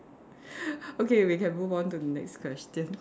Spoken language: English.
okay we can move on to the next question